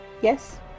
Yes